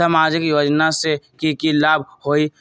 सामाजिक योजना से की की लाभ होई?